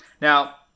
Now